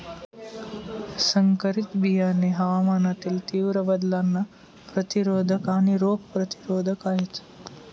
संकरित बियाणे हवामानातील तीव्र बदलांना प्रतिरोधक आणि रोग प्रतिरोधक आहेत